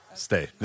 Stay